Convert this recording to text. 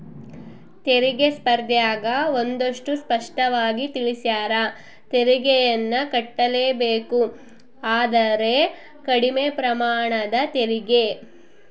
ತೆರಿಗೆ ಸ್ಪರ್ದ್ಯಗ ಒಂದಷ್ಟು ಸ್ಪಷ್ಟವಾಗಿ ತಿಳಿಸ್ಯಾರ, ತೆರಿಗೆಯನ್ನು ಕಟ್ಟಲೇಬೇಕು ಆದರೆ ಕಡಿಮೆ ಪ್ರಮಾಣದ ತೆರಿಗೆ